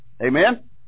Amen